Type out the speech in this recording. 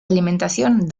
alimentación